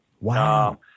Wow